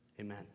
Amen